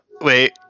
Wait